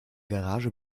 garage